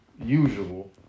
usual